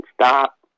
stop